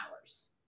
hours